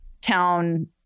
town